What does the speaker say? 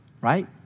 right